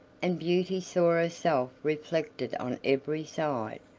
and beauty saw herself reflected on every side,